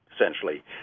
essentially